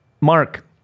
Mark